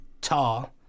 tar